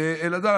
ואלעזר,